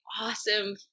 awesome